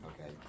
okay